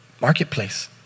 marketplace